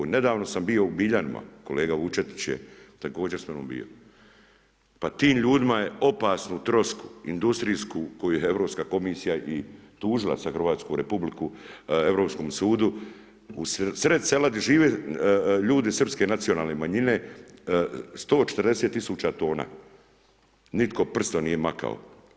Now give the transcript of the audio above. Nedavno sam bio u Biljanima, kolega Vučetić je također s menom bio, pa tim ljudima je opasnu trosku, industrijsku koju je Europska komisija i tužila sad hrvatsku Republiku Europskom sudu u sred sela gdje žive ljudi srpske nacionalne manjine, 140 000 tona, nitko prstom nije maknuo.